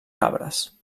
cabres